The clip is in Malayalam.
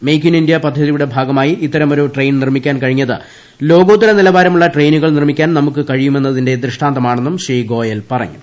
മേയ്ക്ക് ഇൻ ഇന്ത്യ പദ്ധതിയുടെ ഭാഗമായി ഇത്തരമൊരു ട്രെയിൻ നിർമ്മിക്കാൻ കഴിഞ്ഞത് ലോകോത്തര നിലവാരമുള്ള ട്രെയിനുകൾ നിർമ്മിക്കാൻ നമുക്ക് കഴിയുമെന്നതിന്റെ ദൃഷ്ടാന്തമാണെന്നുപ്പു ശ്രീ ഗോയൽ പറഞ്ഞു